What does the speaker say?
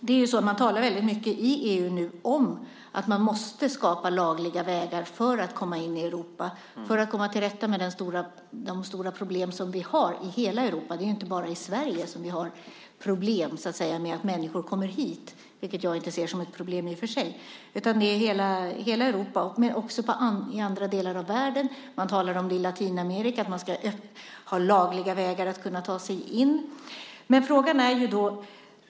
Man talar nu väldigt mycket i EU om att man måste skapa lagliga vägar för att komma in i Europa och komma till rätta med de stora problem vi har i hela Europa. Det är inte bara i Sverige som vi har problem med att människor kommer hit, vilket jag i och för sig inte ser som ett problem. De finns i hela Europa och också i andra delar av världen. Man talar i Latinamerika om att man ska ha lagliga vägar att kunna ta sig in.